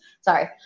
Sorry